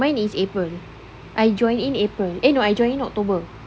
mine is april I join in april eh no I join in october